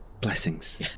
blessings